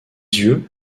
yeux